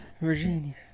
Virginia